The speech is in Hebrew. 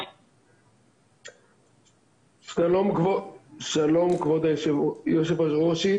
שלום, כבוד יושבת-הראש,